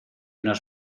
nos